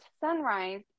sunrise